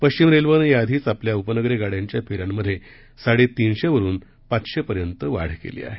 पश्विम रेल्वेनं याआधीच आपल्या उपनगरीय गाड्यांच्या फेऱ्यामध्ये साडेतीनशे वरून पाचशे पर्यां वाढ केली आहे